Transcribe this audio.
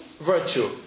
virtue